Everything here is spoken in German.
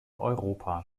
europa